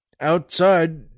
outside